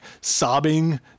sobbing